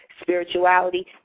Spirituality